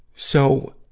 so,